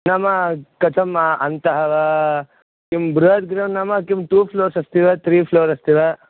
नाम कथम् अन्तः वा किं बृहत् गृहं नाम किं टु फ़्लोर्स् अस्ति वा त्रि फ़्लोर् अस्ति वा